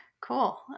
Cool